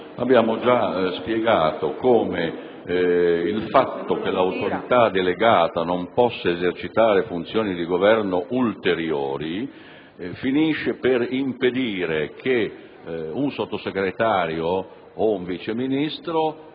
Abbiamo già spiegato che il fatto che l'Autorità delegata non possa esercitare funzioni di Governo ulteriori finisce per impedire che il Sottosegretario o il Vice Ministro